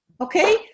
Okay